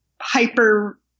hyper